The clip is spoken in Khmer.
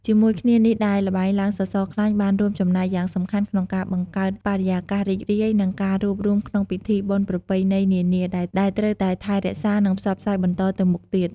ជាមួយគ្នានេះដែរល្បែងឡើងសសរខ្លាញ់បានរួមចំណែកយ៉ាងសំខាន់ក្នុងការបង្កើតបរិយាកាសរីករាយ និងការរួបរួមក្នុងពិធីបុណ្យប្រពៃណីនានា ដែលត្រូវតែថែរក្សា និងផ្សព្វផ្សាយបន្តទៅមុខទៀត។